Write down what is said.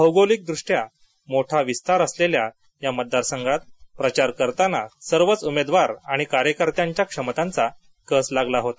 भौगोलिक दृष्टया मोठा विस्तार असलेल्या या मतदार संघात प्रचार करताना सर्वच उमेदवार आणि कार्यकर्त्यांच्या क्षमतांचा कस लागला होता